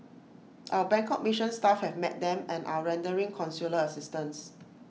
our Bangkok mission staff have met them and are rendering consular assistance